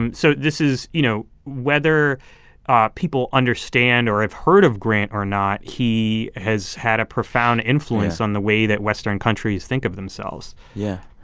and so this is you know, whether people understand or have heard of grant or not, he has had a profound influence on the way that western countries think of themselves yeah.